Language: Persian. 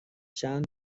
چند